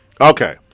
Okay